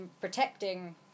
protecting